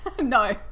No